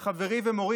התו הירוק